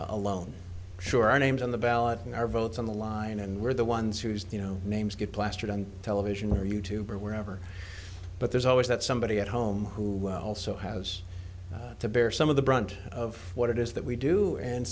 alone sure our names on the ballot in our votes on the line and we're the ones whose you know names get plastered on television or you tube or wherever but there's always that somebody at home who also has to bear some of the brunt of what it is that we do and